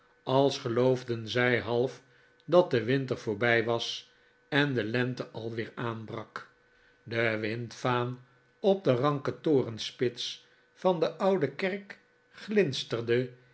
als geloofden zij half dat de winter voorbij was en de lente alweer aanbrak de windvaan op de ranke torenspits van de oude kerk glinster